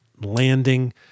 landing